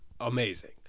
amazing